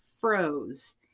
froze